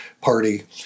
Party